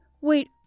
wait